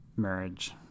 marriage